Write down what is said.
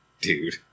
Dude